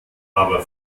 aber